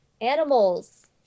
animals